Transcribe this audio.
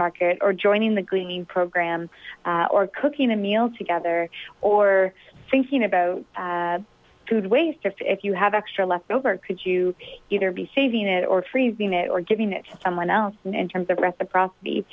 market or joining the greening program or cooking a meal together or thinking about food waste if you have extra leftover could you either be saving it or freezing it or giving it to someone else and in terms of reciprocity